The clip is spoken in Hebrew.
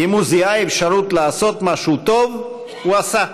אם הוא זיהה אפשרות לעשות משהו טוב, הוא עשה.